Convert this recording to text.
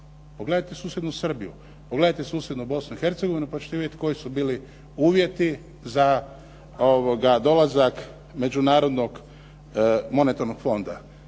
pogledajte susjednu Srbiju, pogledajte susjednu Bosnu i Hercegovinu pa ćete vidjeti koji su bili uvjeti za dolazak Međunarodnog monetarnog fonda.